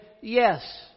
yes